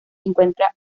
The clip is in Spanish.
encuentra